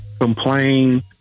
complain